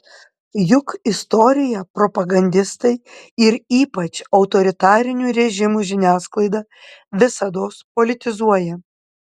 juk istoriją propagandistai ir ypač autoritarinių režimų žiniasklaida visados politizuoja